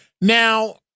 Now